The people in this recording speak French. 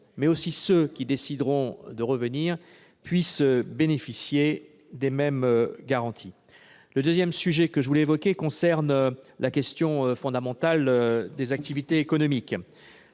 mais aussi ceux qui décideront de revenir -puissent bénéficier des mêmes garanties. La deuxième question que je souhaitais évoquer concerne le sujet fondamental des activités économiques.